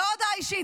לא הודעה אישית,